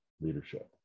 leadership